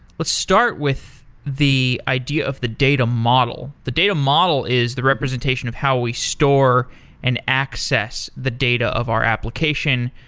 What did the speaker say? let's start with the idea of the data model. the data model is the representation of how we store and access the data of our application.